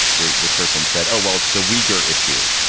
the the person said, oh, well, it's the weaker issue.